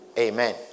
Amen